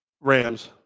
Rams